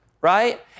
right